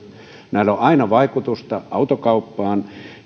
näillä on aina vaikutusta autokauppaan